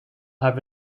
have